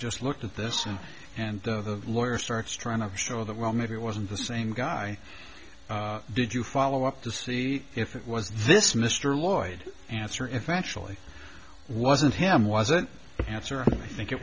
just looked at this and and the lawyer starts trying to show that well maybe it wasn't the same guy did you follow up to see if it was this mr lloyd answer if it actually wasn't him wasn't answer i think it